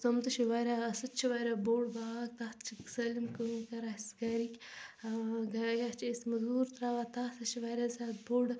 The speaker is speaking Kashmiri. تِم تہِ چھِ واریاہ ٲں سُہ تہِ چھِ واریاہ بوٚڑ باغ تتھ چھِ سٲلِم کٲم کران اسہِ گھرِکۍ ٲں یا چھِ أسۍ مزوٗر تراوان تتھ سُہ چھِ واریاہ زیادٕ بوٚڑ